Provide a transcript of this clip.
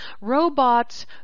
Robots